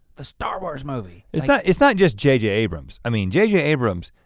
a star wars movie. it's not it's not just j j. abrams. i mean j j. abrams,